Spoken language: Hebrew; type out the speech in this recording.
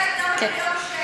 שזה יוצא הרבה יותר.